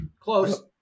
close